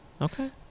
Okay